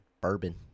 bourbon